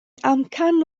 amcan